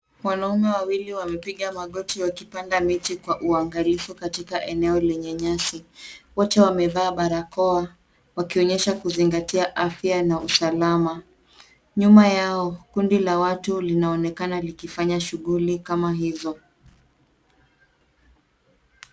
Wanaume wawili wamepiga magoti wakipanda miti kwa uangalifu katika eneo lenye nyasi. Wote wamevaa barakoa wakionyesha kuzingatia afya na usalama. Nyuma yao kundi la watu linaonekana likifanya shughuli kama hizo.